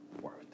worth